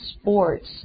sports